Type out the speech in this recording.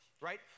right